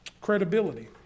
credibility